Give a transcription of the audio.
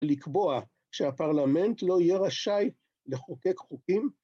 לקבוע שהפרלמנט לא יהיה רשאי לחוקק חוקים?